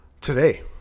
today